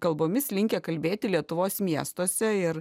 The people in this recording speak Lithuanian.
kalbomis linkę kalbėti lietuvos miestuose ir